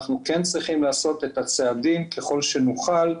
אנחנו כן צריכים לעשות את הצעדים, ככל שנוכל,